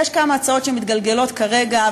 שמתגלגלות כרגע,